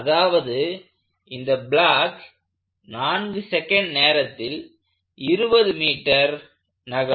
அதாவது இந்த block 4s நேரத்தில் 20m நகரும்